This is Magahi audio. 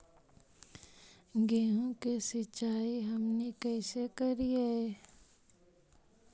गेहूं के सिंचाई हमनि कैसे कारियय?